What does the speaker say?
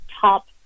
top